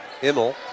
Immel